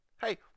Hey